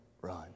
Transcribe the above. run